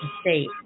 state